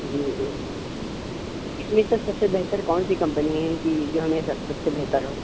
جی اس میں سر سب سے بہتر کون سی کمپنی ہے کہ جو ہمیں سب سے بہتر ہو